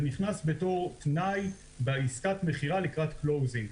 זה נכנס בתור תנאי בעסקת המכירה לקראת closing.